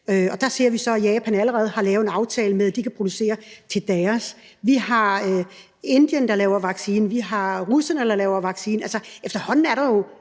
Vi ser, at Japan allerede har lavet en aftale om, at de kan producere til sig selv, vi har Indien, der laver en vaccine, og vi har russerne, der laver en vaccine. Altså, efterhånden er der jo